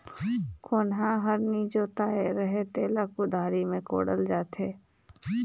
कोनहा हर नी जोताए रहें तेला कुदारी मे कोड़ल जाथे